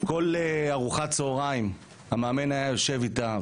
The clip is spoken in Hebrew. כל ארוחת צוהריים המאמן היה יושב איתה,